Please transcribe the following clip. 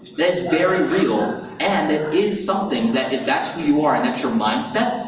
that's very real and it is something that, if that's who you are and that's your mindset,